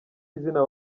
izina